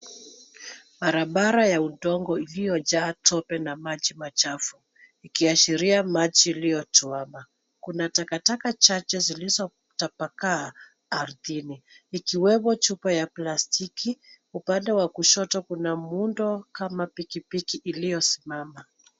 Barabara ya udongo iliyojaa tope na maji machafu ikiashiria maji iliyotuama. Kuna takataka chache zilizotapakaa ardhini ikiwepo chupa ya plastiki, upande wa kushoto kuna muundo kama pikipiki iliyosimama.